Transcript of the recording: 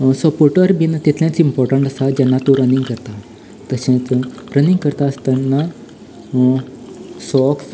supporter बिन तितलेंच important आसा जेन्ना तूं रनिंग करतां तशेंच रनिंग करतां आसतना सॉक्स